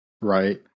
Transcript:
right